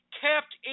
kept